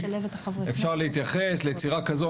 אפשר להתייחס ליצירה כזו,